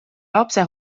lapse